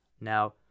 Now